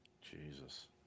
Jesus